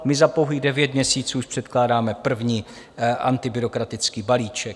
My za pouhých devět měsíců už předkládáme první antibyrokratický balíček.